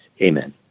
Amen